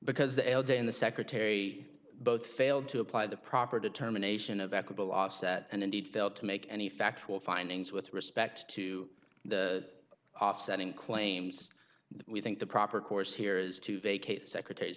because the l day and the secretary both failed to apply the proper determination of equable offset and indeed failed to make any factual findings with respect to the offsetting claims we think the proper course here is to vacate secretar